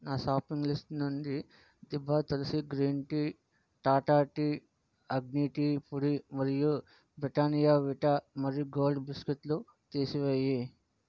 నా shopping list నుండి దిభా Tulsi green tea Tata tea Agni tea పొడి మరియు బ్రిటానియా వీటా మారీగోల్డ్ బిస్కెట్లు తీసివేయి